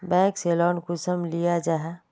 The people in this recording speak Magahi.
बैंक से लोन कुंसम लिया जाहा?